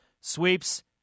sweeps